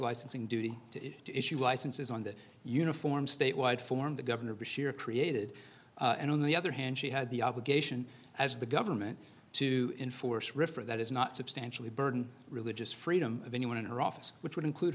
license and duty to issue licenses on that uniform statewide form the governor bashir created and on the other hand she had the obligation as the government to enforce refer that is not substantially burden religious freedom of anyone in her office which would include